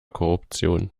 korruption